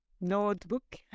notebook